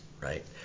right